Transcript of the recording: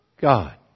God